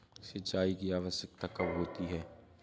सिंचाई की आवश्यकता कब होती है?